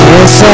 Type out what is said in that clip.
Yes